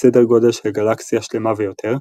בסדר גודל של גלקסיה שלמה ויותר,